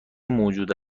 موجود